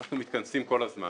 אנחנו מתכנסים כל הזמן.